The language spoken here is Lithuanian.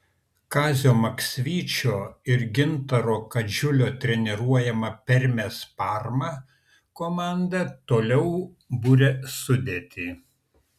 kazio maksvyčio ir gintaro kadžiulio treniruojama permės parma komanda toliau buria sudėtį